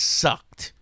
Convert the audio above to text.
sucked